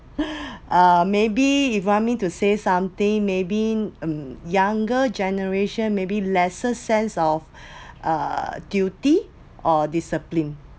uh maybe if want me to say something maybe um younger generation maybe lesser sense of uh duty or discipline